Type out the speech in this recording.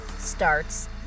Starts